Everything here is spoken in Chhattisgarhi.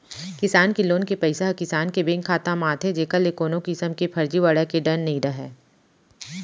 किसान के लोन के पइसा ह किसान के बेंक खाता म आथे जेकर ले कोनो किसम के फरजीवाड़ा के डर नइ रहय